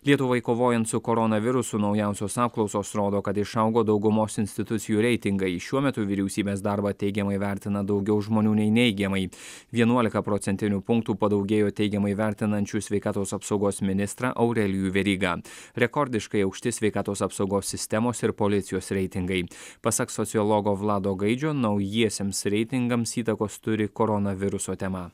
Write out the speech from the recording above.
lietuvai kovojant su koronavirusu naujausios apklausos rodo kad išaugo daugumos institucijų reitingai šiuo metu vyriausybės darbą teigiamai vertina daugiau žmonių nei neigiamai vienuolika procentinių punktų padaugėjo teigiamai vertinančių sveikatos apsaugos ministrą aurelijų verygą rekordiškai aukšti sveikatos apsaugos sistemos ir policijos reitingai pasak sociologo vlado gaidžio naujiesiems reitingams įtakos turi koronaviruso tema